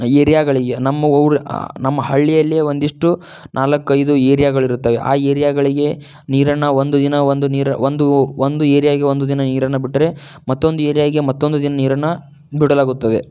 ಏರಿಯಾಗಳಿಗೆ ನಮ್ಮ ಊರು ನಮ್ಮ ಹಳ್ಳಿಯಲ್ಲಿಯೇ ಒಂದಿಷ್ಟು ನಾಲ್ಕೈದು ಏರಿಯಾಗಳಿರುತ್ತವೆ ಆ ಏರಿಯಾಗಳಿಗೆ ನೀರನ್ನು ಒಂದು ದಿನ ಒಂದು ನೀರು ಒಂದು ಒಂದು ಏರಿಯಾಗೆ ಒಂದು ದಿನ ನೀರನ್ನು ಬಿಟ್ಟರೆ ಮತ್ತೊಂದು ಏರಿಯಾಗೆ ಮತ್ತೊಂದು ದಿನ ನೀರನ್ನು ಬಿಡಲಾಗುತ್ತದೆ